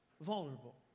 vulnerable